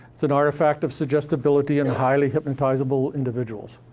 it's an artifact of suggestibility and highly hypnotizable individuals.